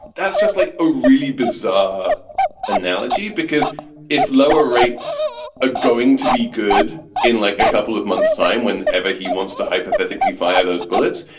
that's just like a really bizarre analogy, because if lower rates are ah going to be good in like a couple of months time when ever he wants to hypothetically fire those bullets,